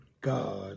God